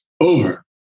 over